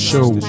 Show